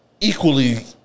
Equally